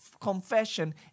confession